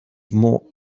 more